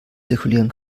zirkulieren